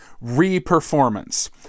re-performance